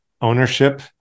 ownership